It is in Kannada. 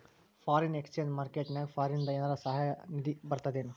ಫಾರಿನ್ ಎಕ್ಸ್ಚೆಂಜ್ ಮಾರ್ಕೆಟ್ ನ್ಯಾಗ ಫಾರಿನಿಂದ ಏನರ ಸಹಾಯ ನಿಧಿ ಬರ್ತದೇನು?